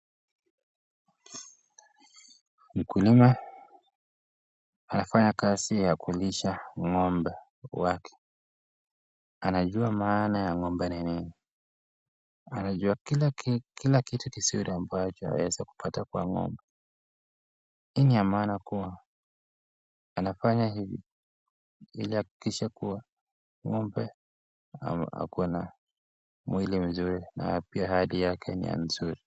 Mkulima anafanya kazi ya kulisha ngombe wake, anajua maana ya ngombe NI nini . Anajua kila kitu hii ni ya maana kuwa anafanya hivi ili ahakikishe kuwa ngombe ako na mwili mzuri na pia Hali yake ni nzuri.